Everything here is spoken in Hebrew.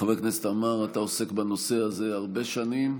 חבר הכנסת עמאר, אתה עוסק בנושא הזה הרבה שנים,